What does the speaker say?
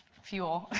fuel.